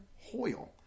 Hoyle